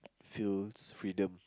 feels freedom